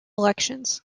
elections